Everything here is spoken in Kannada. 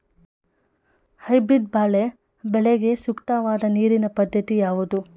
ಹೈಬ್ರೀಡ್ ಬಾಳೆ ಬೆಳೆಗೆ ಸೂಕ್ತವಾದ ನೀರಿನ ಪದ್ಧತಿ ಯಾವುದು?